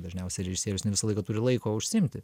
dažniausiai režisierius ne visą laiką turi laiko užsiimti